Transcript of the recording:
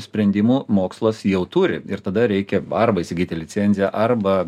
sprendimų mokslas jau turi ir tada reikia arba įsigyti licenciją arba